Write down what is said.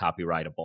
copyrightable